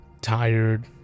tired